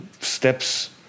steps